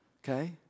Okay